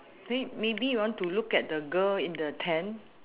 think maybe you want to look at the girl in the tent